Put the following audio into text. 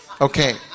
Okay